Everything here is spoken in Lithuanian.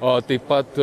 o taip pat